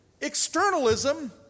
Externalism